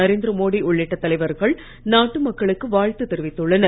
நரேந்திர மோடி உள்ளிட்ட தலைவர்கள் நாட்டு மக்களுக்கு வாழ்த்து தெரிவித்துள்ளனர்